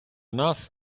нас